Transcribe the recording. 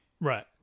right